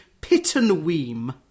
Pittenweem